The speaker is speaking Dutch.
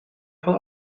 van